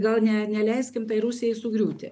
gal ne neleiskim tai rusijai sugriūti